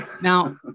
Now